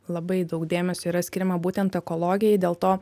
labai daug dėmesio yra skiriama būtent ekologijai dėl to